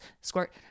Squirt